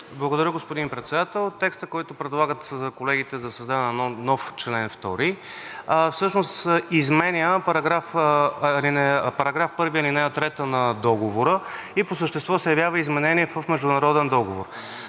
Благодаря, господин Председател. Текстът, който предлагат колегите за създаване на нов чл. 2, всъщност изменя § 1, ал. 3 на Договора и по същество се явява изменение в международен договор.